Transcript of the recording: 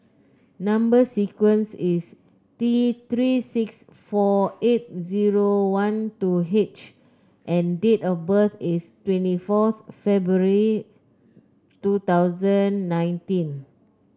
number sequence is T Three six four eight zero one two H and date of birth is twenty forth February two thousand nineteen